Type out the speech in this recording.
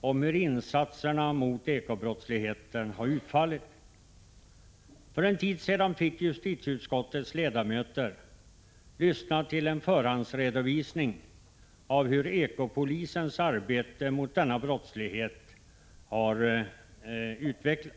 om hur insatserna mot ekobrottsligheten har utfallit. För en tid sedan fick justitieutskottets ledamöter lyssna till en förhandsredovisning av hur ekopolisens arbete mot denna brottslighet har utfallit.